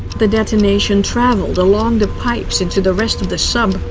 the detonation traveled along the pipes into the rest of the sub.